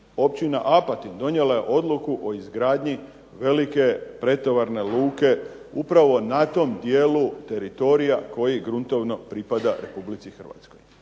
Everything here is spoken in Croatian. općina Apatin donijela je odluku o izgradnji velike pretovarne luke upravo na tom dijelu teritorija koji gruntovno pripada Republici Hrvatskoj.